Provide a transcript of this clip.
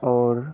और